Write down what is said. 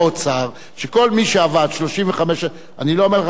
אני לא אומר לך שזה לא בהשקפת העולם שלך,